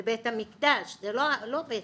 לבית המקדש, זה לא ביתנו.